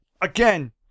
again